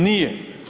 Nije.